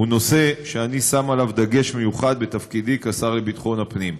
הוא נושא שאני שם עליו דגש מיוחד בתפקידי כשר לביטחון הפנים.